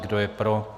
Kdo je pro?